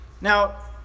Now